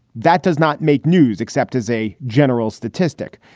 that does not make news except as a general statistic,